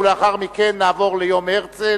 ולאחר מכן נעבור ליום הרצל.